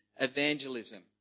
evangelism